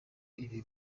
ibi